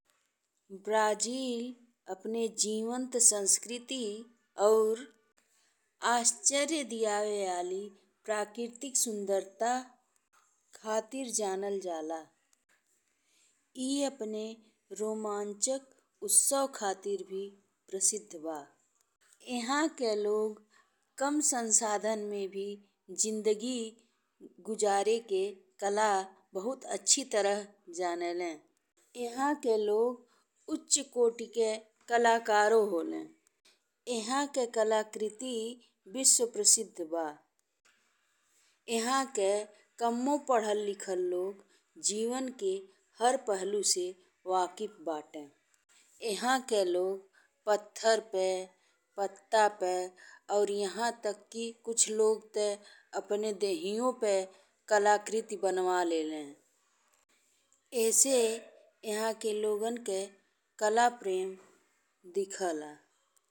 Brazil अपने जीवंत संस्कृति और आश्चर्य दिआए वाली प्राकृत सुंदरता खातिर जानल जाला। ए अपने रोमांचक उत्सव खातिर भी प्रसिद्ध बा। इहाँ के लोग कम संसाधन में भी जिंदगी गुजारे के कला बहुत अच्छी तरह जानेले। इहाँ के लोग उच्च कोटी के कलाकार हउले। इहाँ के कलाकृति विश्वप्रसिद्ध बा। इहाँ के कम्मो पढ़ल लिखल लोग जीवन के हर पहलू से वाकिफ बाटे। इहाँ के लोग पत्थर पे, पत्ता पे आर यहाँ तक कि कुछ लोग ते अपने देहियो पे कलाकृति बनवा लेले। एहसे इहाँ के लोगन के कलाप्रेम दिखला।